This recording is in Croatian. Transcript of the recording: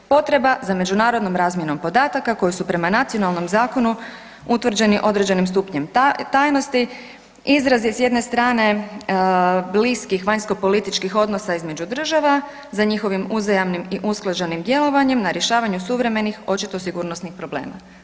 Potreba za međunarodnom razmjenom podataka koju su prema nacionalnom zakonu utvrđenim određenim stupnjem tajnosti izraz je s jedne strane bliskih vanjskopolitičkih odnosa između država za njihovim uzajamnim i usklađenim djelovanjem na rješavanju suvremenih očito sigurnosnih problema.